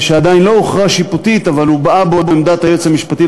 שעדיין לא הוכרע שיפוטית אבל הובעה בו עמדת היועץ המשפטי